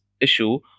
issue